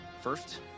First